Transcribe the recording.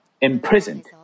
imprisoned